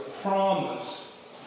promise